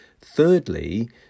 Thirdly